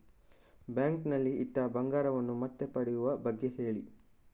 bank ನಲ್ಲಿ ಇಟ್ಟ ಬಂಗಾರವನ್ನು ಮತ್ತೆ ಪಡೆಯುವ ಬಗ್ಗೆ ಹೇಳಿ